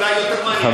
אולי יהיה יותר מעניין.